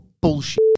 bullshit